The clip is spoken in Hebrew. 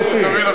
אתה מבין,